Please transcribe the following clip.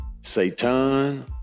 Satan